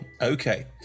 okay